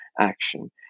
action